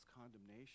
condemnation